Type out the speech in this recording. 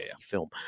film